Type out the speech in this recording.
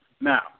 Now